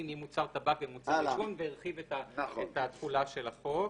מ"מוצר טבק" ב"מוצר עישון" והרחיב את התחולה של החוק.